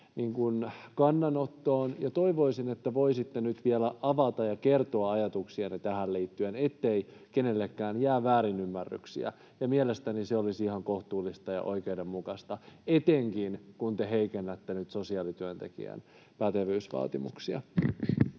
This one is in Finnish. kannanottoon, ja toivoisin, että voisitte nyt vielä avata ja kertoa ajatuksianne tähän liittyen, ettei kenellekään jää väärinymmärryksiä. Mielestäni se olisi ihan kohtuullista ja oikeudenmukaista, etenkin kun te heikennätte nyt sosiaalityöntekijän pätevyysvaatimuksia.